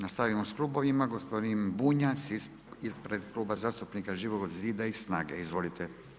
Nastavljamo s klubovima, gospodin Bunjac ispred Kluba zastupnika Živog zida i SNAGA-e, izvolite.